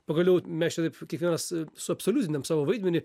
pagaliau mes čia taip kiekvienas suabsoliutinam savo vaidmenį